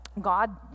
God